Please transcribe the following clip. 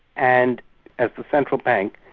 and as the central bank,